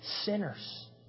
sinners